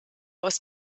aus